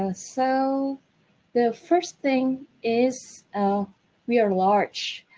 ah so the first thing is, we are large.